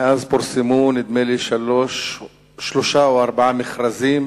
מאז פורסמו, נדמה לי, שלושה או ארבעה מכרזים.